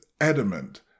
adamant